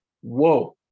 whoa